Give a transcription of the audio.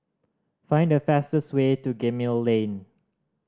find the fastest way to Gemmill Lane